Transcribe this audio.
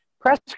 press